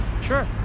sure